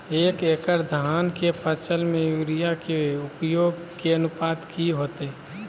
एक एकड़ धान के फसल में यूरिया के उपयोग के अनुपात की होतय?